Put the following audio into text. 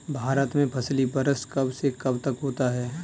भारत में फसली वर्ष कब से कब तक होता है?